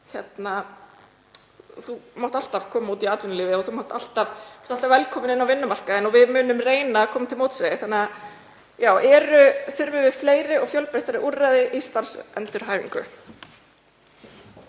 þú megir alltaf koma út í atvinnulífið og þú sért alltaf velkominn inn á vinnumarkaðinn og við munum reyna að koma til móts við þig. Þurfum við fleiri og fjölbreyttari úrræði í starfsendurhæfingu?